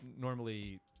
normally